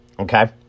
Okay